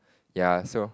ya so